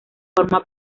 forma